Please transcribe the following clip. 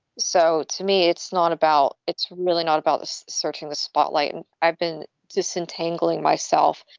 so to me, it's not about it's really not about us searching the spotlight. and i've been disentangling myself,